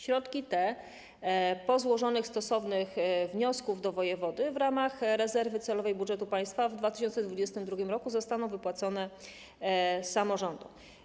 Środki te po złożeniu stosownych wniosków do wojewody w ramach rezerwy celowej budżetu państwa w 2022 r. zostaną wypłacone samorządom.